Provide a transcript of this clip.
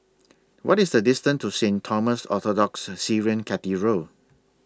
What IS The distance to Saint Thomas Orthodox Syrian Cathedral